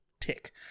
tick